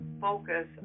focus